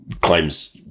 claims